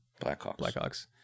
Blackhawks